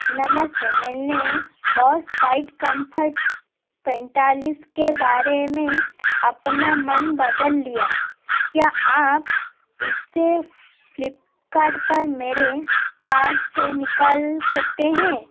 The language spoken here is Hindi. नमस्ते मैंने बोस क्वाइटकॉम्फोर्ट पैंतालिस के बारे में अपना मन बदल लिया क्या आप इसे फ्लीपकार्ट पर मेरे कार्ट से निकल सकते हैं